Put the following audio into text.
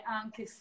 anche